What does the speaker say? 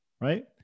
right